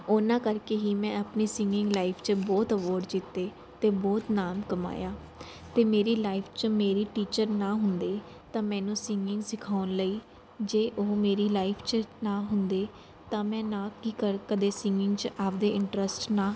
ਉਹਨਾਂ ਕਰਕੇ ਹੀ ਮੈਂ ਆਪਣੀ ਸਿੰਗਿੰਗ ਲਾਈਫ 'ਚ ਬਹੁਤ ਅਵਾਰਡ ਜਿੱਤੇ ਅਤੇ ਬਹੁਤ ਨਾਮ ਕਮਾਇਆ ਅਤੇ ਮੇਰੀ ਲਾਈਫ 'ਚ ਮੇਰੀ ਟੀਚਰ ਨਾ ਹੁੰਦੇ ਤਾਂ ਮੈਨੂੰ ਸਿੰਗਿੰਗ ਸਿਖਾਉਣ ਲਈ ਜੇ ਉਹ ਮੇਰੀ ਲਾਈਫ 'ਚ ਨਾ ਹੁੰਦੇ ਤਾਂ ਮੈਂ ਨਾ ਕਿ ਕਦੇ ਸਿੰਗਿੰਗ 'ਚ ਆਪਦੇ ਇੰਟਰਸਟ ਨਾ